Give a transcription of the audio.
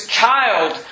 child